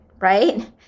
Right